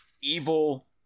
evil